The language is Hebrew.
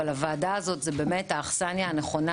אבל הוועדה הזאת היא באמת האכסניה הנכונה